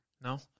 No